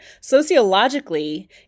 sociologically